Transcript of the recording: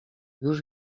już